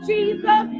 Jesus